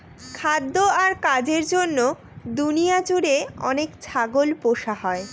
খাদ্য আর কাজের জন্য দুনিয়া জুড়ে অনেক ছাগল পোষা হয়